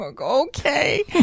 Okay